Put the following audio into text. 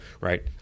right